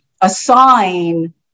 assign